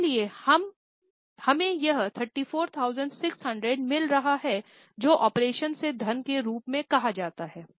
इसलिए हमें यह 34600 मिल रहा है जो ऑपरेशन से धन के रूप में कहा जाता है